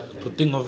mm